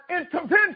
intervention